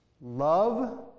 love